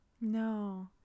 no